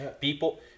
People